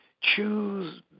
choose